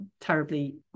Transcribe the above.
terribly